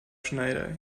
schneider